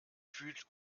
fühlt